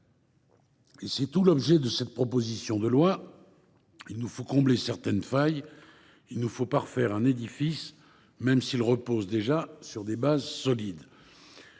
Tel est l’objet de cette proposition de loi : il nous faut combler certaines failles, il nous faut parfaire un édifice, même s’il repose déjà sur des fondements solides.